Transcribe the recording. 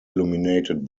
illuminated